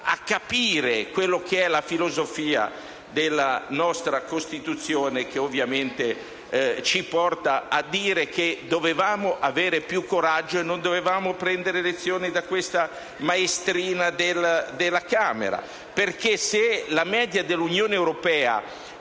a capire quella che è la filosofia della nostra Costituzione, che ovviamente ci porta a dire che dovevamo avere più coraggio e non dovevamo prendere lezioni dalla maestrina della Camera, perché se la media dell'Unione europea,